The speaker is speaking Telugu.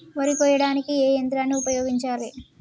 వరి కొయ్యడానికి ఏ యంత్రాన్ని ఉపయోగించాలే?